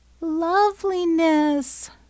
Loveliness